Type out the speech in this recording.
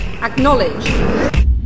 Acknowledge